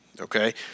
Okay